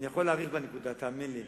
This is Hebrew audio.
אני יכול להאריך בנקודה, תאמין לי.